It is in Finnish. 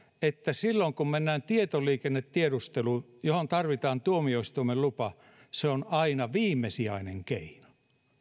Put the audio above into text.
että silloin kun mennään tietoliikennetiedusteluun johon tarvitaan tuomioistuimen lupa se on aina viimesijainen keino